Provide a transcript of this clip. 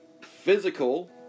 physical